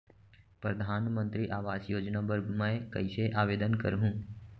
परधानमंतरी आवास योजना बर मैं कइसे आवेदन करहूँ?